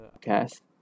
cast